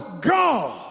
God